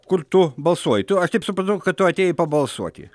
kur tu balsuoji tu aš taip supratau kad tu atėjai pabalsuoti